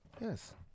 Yes